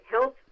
health